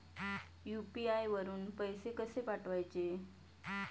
UPI वरून पैसे कसे पाठवायचे?